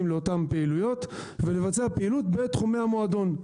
לאותן פעילויות ולבצע פעילות בתחומי המועדון.